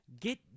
Get